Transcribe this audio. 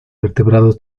vertebrados